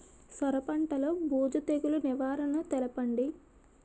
సొర పంటలో బూజు తెగులు నివారణ తెలపండి?